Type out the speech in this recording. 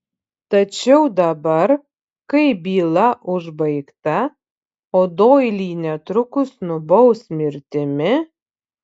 tačiau dabar kai byla užbaigta o doilį netrukus nubaus mirtimi